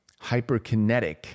hyperkinetic